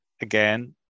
again